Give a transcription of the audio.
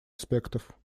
аспектов